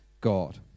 God